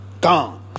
Gone